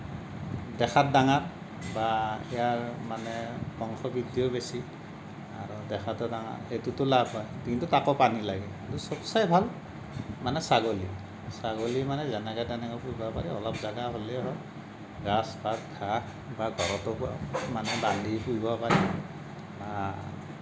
দেখাত ডাঙৰ বা সিয়াৰ মানে বংশবৃদ্ধিও বেছি আৰু দেখাতো ডাঙৰ সেইটোতো লাভ হয় কিন্তু তাকো পানী লাগে কিন্তু সবসে ভাল মানে ছাগলী ছাগলী মানে যেনেকে তেনেকে পুহিব পাৰি অলপ জাগা হ'লেই হ'ল গছ পাত ঘাঁহ বা ঘৰতো মানে বান্ধি পুহিব পাৰি হা